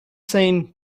saying